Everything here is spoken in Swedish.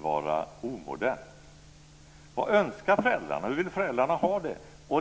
vara omodernt? Eller är det så? Vad önskar föräldrarna? Hur vill föräldrarna ha det?